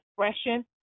expression